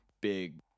big